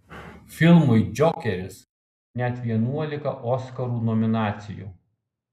filmui džokeris net vienuolika oskarų nominacijų